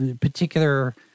particular